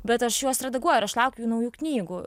bet aš juos redaguoju ir aš laukiu jų naujų knygų